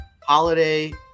holiday